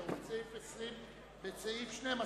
לסעיף 19(2),